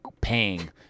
paying